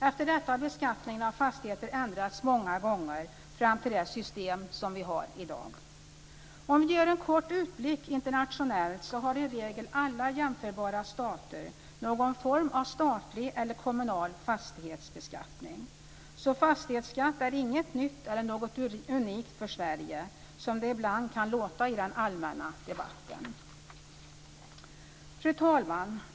Efter detta har beskattningen av fastigheter ändrats många gånger fram till det system som vi har i dag. Om vi gör en kort utblick internationellt ser vi att i regel alla jämförbara stater har någon form av statlig eller kommunal fastighetsbeskattning. Fastighetsskatt är alltså inte något nytt eller unikt för Sverige, som det ibland kan låta i den allmänna debatten. Fru talman!